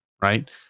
right